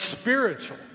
spiritual